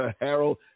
harold